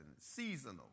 Seasonal